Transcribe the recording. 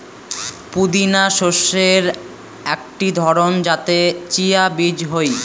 পুদিনা শস্যের আকটি ধরণ যাতে চিয়া বীজ হই